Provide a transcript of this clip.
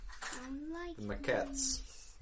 maquettes